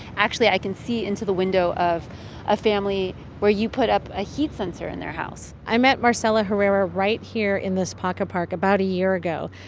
actually, i can see into the window of a family where you put up a heat sensor in their house i met marcela herrera right here in this paco park about a year ago.